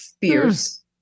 fierce